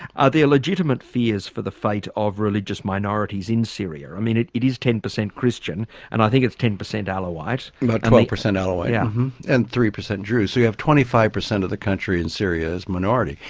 are there legitimate fears for the fate of religious minorities in syria? i mean it it is ten percent christian and i think it's ten percent alawite. about twelve percent alawite yeah and three percent druze. so you have twenty five percent of the country in syria is minority.